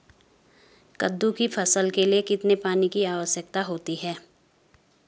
कद्दू की फसल के लिए कितने पानी की आवश्यकता होती है?